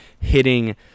hitting